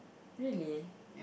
really